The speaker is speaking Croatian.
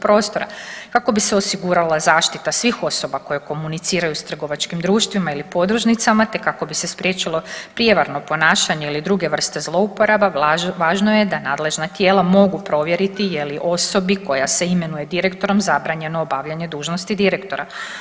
Kako bi se osigurala zaštita svih osoba koje komuniciraju s trgovačkim društvima ili podružnicama, te kako bi se spriječilo prijevarno ponašanje ili druge vrste zlouporaba važno je da nadležna tijela mogu provjeriti je li osobi koja se imenuje direktorom zabranjeno obavljanje dužnosti direktora.